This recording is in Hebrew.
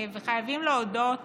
וחייבים להודות